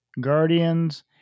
guardians